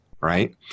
right